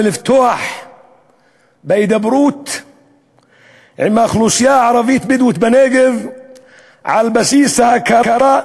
ולפתוח בהידברות עם האוכלוסייה הערבית-בדואית בנגב על בסיס ההכרה,